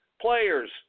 players